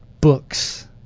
books